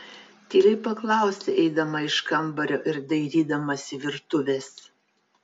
tyliai paklausė eidama iš kambario ir dairydamasi virtuvės